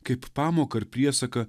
kaip pamoką ar priesaką